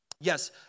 Yes